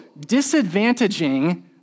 disadvantaging